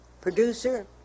producer